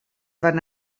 van